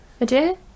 Adieu